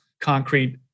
concrete